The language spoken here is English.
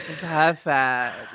Perfect